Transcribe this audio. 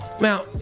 Now